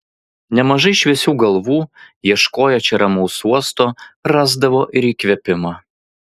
nemažai šviesių galvų ieškoję čia ramaus uosto rasdavo ir įkvėpimą